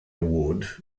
award